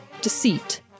deceit